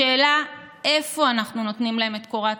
השאלה איפה אנחנו נותנים להם את קורת